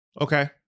Okay